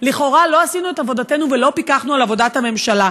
לכאורה לא עשינו את עבודתנו ולא פיקחנו על עבודת הממשלה.